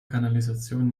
kanalisation